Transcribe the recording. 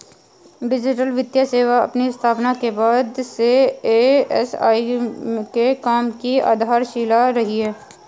digital वित्तीय सेवा अपनी स्थापना के बाद से ए.एफ.आई के काम की आधारशिला रही है